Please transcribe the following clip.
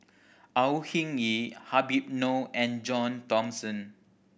Au Hing Yee Habib Noh and John Thomson